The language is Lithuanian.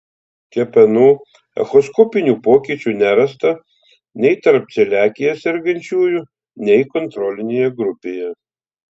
kepenų echoskopinių pokyčių nerasta nei tarp celiakija sergančiųjų nei kontrolinėje grupėje